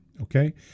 okay